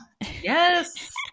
Yes